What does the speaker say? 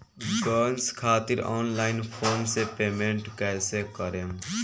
Gas खातिर online phone से payment कैसे करेम?